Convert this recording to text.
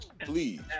please